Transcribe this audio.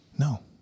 No